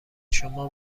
شما